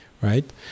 right